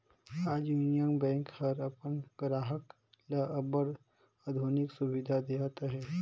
आज Union Bank हर अपन गराहक ल अब्बड़ आधुनिक सुबिधा देहत अहे